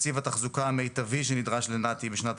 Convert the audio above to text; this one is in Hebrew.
תקציב התחזוקה המיטבי שנדרש לנת"י בשנת